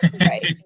Right